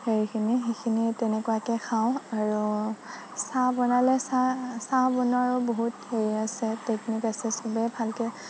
সেইখিনি সেইখিনি তেনেকুৱাকে খাওঁ আৰু চাহ বনালে চাহ চাহ বনোৱাৰো বহুত সেই আছে টেকনিক আছে চবে ভালকে